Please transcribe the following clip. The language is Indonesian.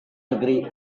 negeri